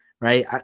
right